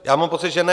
Já mám pocit, že ne.